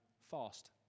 Fast